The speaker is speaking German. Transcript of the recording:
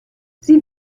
sie